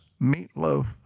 meatloaf